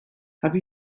have